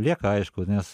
lieka aišku nes